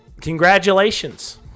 congratulations